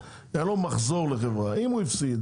לו מחזור כדי לפתוח חברה; אם הוא הפסיד